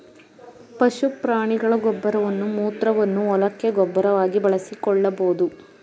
ಪಶು ಪ್ರಾಣಿಗಳ ಗೊಬ್ಬರವನ್ನು ಮೂತ್ರವನ್ನು ಹೊಲಕ್ಕೆ ಗೊಬ್ಬರವಾಗಿ ಬಳಸಿಕೊಳ್ಳಬೋದು